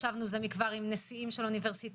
ישבנו זה מכבר עם נשיאים של אוניברסיטאות,